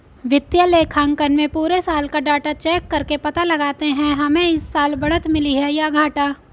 वित्तीय लेखांकन में पुरे साल का डाटा चेक करके पता लगाते है हमे इस साल बढ़त मिली है या घाटा